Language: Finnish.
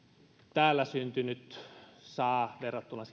täällä syntynyt saa verrattuna siihen mitä